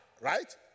right